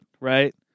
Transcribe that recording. right